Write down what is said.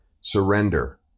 Surrender